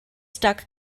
stuck